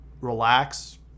relax